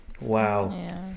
wow